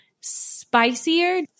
spicier